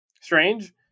strange